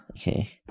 okay